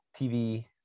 tv